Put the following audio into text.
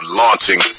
launching